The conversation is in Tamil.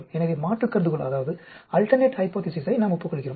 எனவே மாற்று கருதுகோளை நாம் ஒப்புக்கொள்கிறோம்